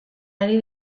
ari